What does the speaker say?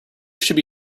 should